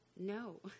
No